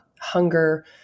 hunger